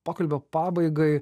pokalbio pabaigai